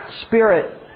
spirit